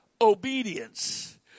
Obedience